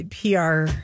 PR